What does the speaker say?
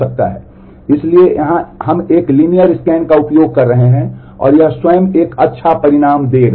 इसलिए यहां हम एक लीनियर स्कैन का उपयोग कर रहे हैं और यह स्वयं एक अच्छा परिणाम देगा